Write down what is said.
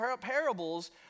Parables